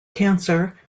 cancer